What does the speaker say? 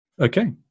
Okay